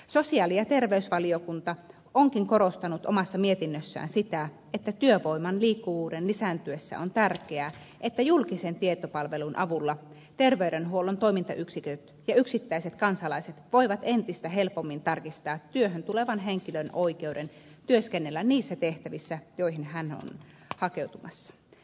sosiaali ja terveysvaliokunta onkin korostanut omassa mietinnössään sitä että työvoiman liikkuvuuden lisääntyessä on tärkeää että julkisen tietopalvelun avulla terveydenhuollon toimintayksiköt ja yksittäiset kansalaiset voivat entistä helpommin tarkistaa työhön tulevan henkilön oikeuden työskennellä niissä tehtävissä joihin hän on hakeutumassa